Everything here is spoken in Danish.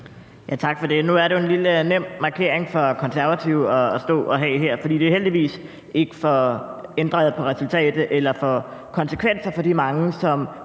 Tak for det. Nu er det jo en lille nem markering for Konservative at stå og have her, fordi det heldigvis ikke får ændret på resultatet eller får konsekvenser for de mange,